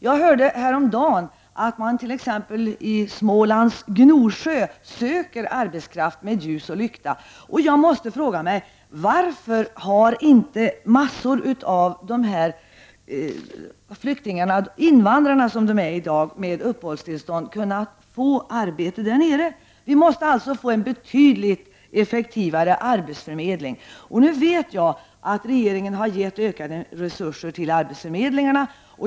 Jag hörde häromdagen att man t.ex. i Gnosjö i Småland med ljus och lykta söker arbetskraft, och jag frågar mig: Varför har inte mängder av dessa invandrare kunnat få arbete där? Vi måste alltså få en betydligt effektivare arbetsförmedling. Och nu vet jag att regeringen har gett ökade resurser till arbetsförmedlingarna.